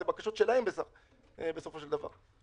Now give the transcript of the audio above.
אלה בקשות שלהם בסופו של דבר.